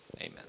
Amen